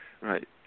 right